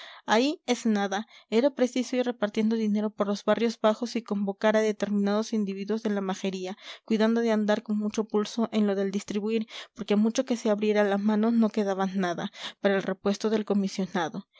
ahí es nada era preciso ir repartiendo dinero por los barrios bajos y convocar a determinados individuos de la majería cuidando de andar con mucho pulso en lo del distribuir porque a mucho que se abriera la mano no quedaba nada para el repuesto del comisionado